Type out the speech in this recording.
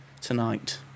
tonight